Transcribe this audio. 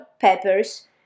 peppers